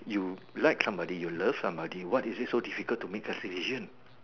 you like somebody you love somebody what is it difficult to a decision